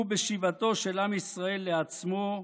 הוא בשיבתו של עם ישראל לעצמו,